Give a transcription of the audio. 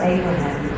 Abraham